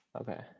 Okay